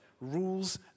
rules